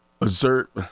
assert